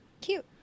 Cute